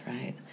right